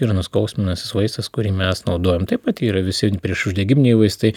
yra nuskausminantis vaistas kurį mes naudojam taip pat yra visi priešuždegiminiai vaistai